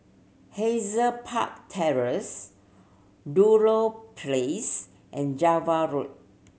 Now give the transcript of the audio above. Hazel Park Terrace Ludlow Place and Java Road